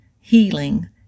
healing